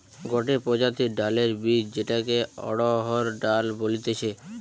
গটে প্রজাতির ডালের বীজ যেটাকে অড়হর ডাল বলতিছে